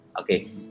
Okay